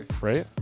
right